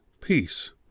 peace